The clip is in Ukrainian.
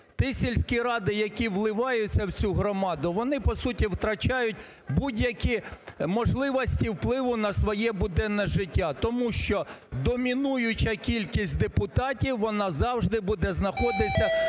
Ті сільські ради, які вливаються в цю громаду, вони, по суті, втрачають будь-які можливості впливу на своє буденне життя, тому що домінуюча кількість депутатів, вона завжди буде знаходитися